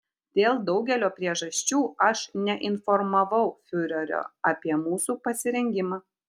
dėl daugelio priežasčių aš neinformavau fiurerio apie mūsų pasirengimą